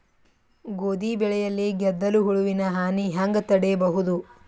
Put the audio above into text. ಗೋಧಿ ಬೆಳೆಯಲ್ಲಿ ಗೆದ್ದಲು ಹುಳುವಿನ ಹಾನಿ ಹೆಂಗ ತಡೆಬಹುದು?